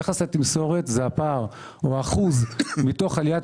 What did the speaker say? יחס התמסורת זה הפער או האחוז מתוך עליית